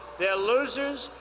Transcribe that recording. they're losers.